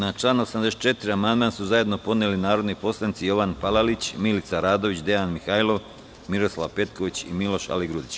Na član 84. amandman su zajedno podneli narodni poslanici Jovan Palalić, Milica Radović, Dejan Mihajlov, Miroslav Petković i Miloš Aligrudić.